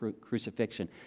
crucifixion